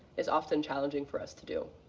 is often challenging for us to do.